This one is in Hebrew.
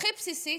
הכי בסיסית,